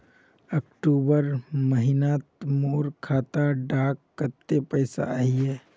अक्टूबर महीनात मोर खाता डात कत्ते पैसा अहिये?